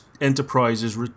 Enterprises